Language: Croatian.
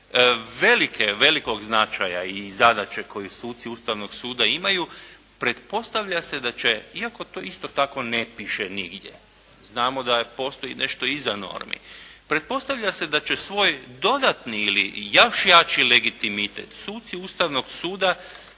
velike, velikog značaja i zadaće koju suci Ustavnog suda imaju, pretpostavlja se da će iako to isto tako ne piše nigdje, znamo da postoji nešto iza normi. Pretpostavlja se da će svoj dodatni ili još jači legitimitet suci Ustavnog suda